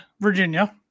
Virginia